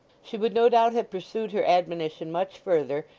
she would no doubt have pursued her admonition much further,